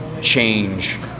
change